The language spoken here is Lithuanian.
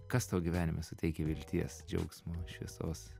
kas tau gyvenime suteikia vilties džiaugsmo šviesos